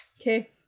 Okay